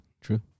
true